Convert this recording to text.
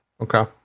Okay